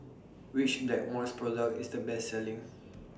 Which Blackmores Product IS The Best Selling